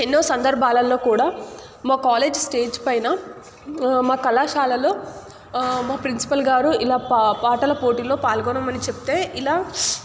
ఎన్నో సందర్భాలలో కూడా మా కాలేజ్ స్టేజ్ పైన మా కళాశాలలో మా ప్రిన్సిపల్ గారు ఇలా పాటల పోటీలలో పాల్గొనమని చెబితే ఇలా